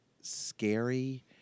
scary